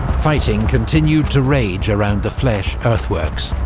fighting continued to rage around the fleches earthworks.